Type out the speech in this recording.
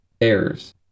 errors